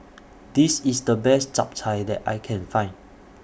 This IS The Best Chap Chai that I Can Find